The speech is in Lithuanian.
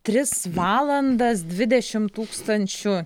tris valandas dvidešimt tūkstančių